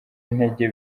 intege